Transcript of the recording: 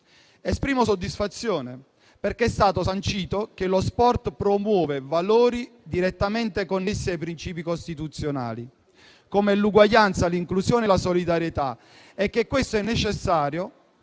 Esprimo soddisfazione perché è stato sancito che lo sport promuove valori direttamente connessi ai principi costituzionali, come l'uguaglianza, l'inclusione e la solidarietà, e che tutto questo è necessario